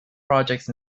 projects